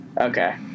Okay